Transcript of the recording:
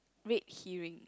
Reed Herring